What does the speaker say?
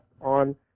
on